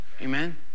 Amen